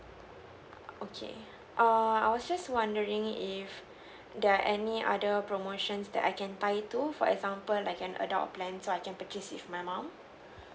okay err I was just wondering if there are any other promotions that I can tie to for example like an adult plan so I can purchase with my mom